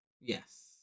yes